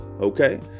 okay